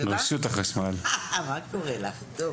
טוב,